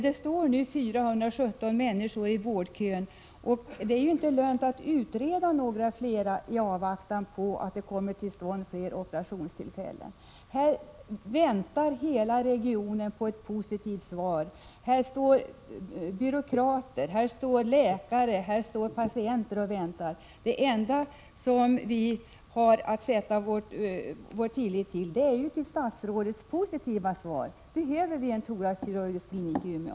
Det står nu 417 människor i vårdkön, och det är inte lönt att utreda ytterligare i avvaktan på att fler operationstillfällen kommer till stånd. Hela regionen väntar på ett positivt svar. Här står byråkrater, läkare och patienter och väntar, och det enda de har att sätta sin tillit till är statsrådets positiva svar. Behövs det en thoraxkirurgisk klinik i Umeå?